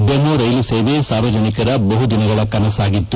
demo ರೈಲು ಸೇವೆ ಸಾರ್ವಜನಿಕರ ಬಹುದಿನಗಳ ಕನಸಾಗಿತ್ತು